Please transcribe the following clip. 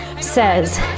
says